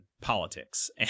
politics